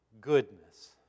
goodness